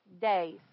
days